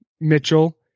Mitchell